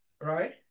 right